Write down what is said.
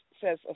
says